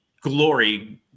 glory